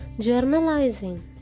journalizing